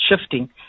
Shifting